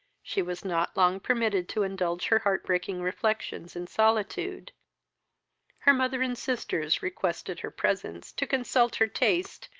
she was not long permitted to indulge her heart-breaking reflections in solitude her mother and sisters requested her presence to consult her taste,